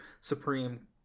supreme